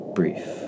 brief